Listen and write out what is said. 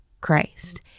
Christ